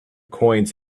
coins